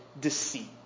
deceit